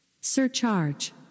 Surcharge